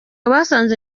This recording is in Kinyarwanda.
basanze